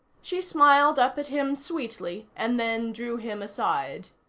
she smiled up at him sweetly, and then drew him aside.